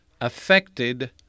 affected